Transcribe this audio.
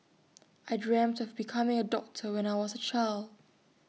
I dreamt of becoming A doctor when I was A child